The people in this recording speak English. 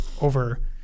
over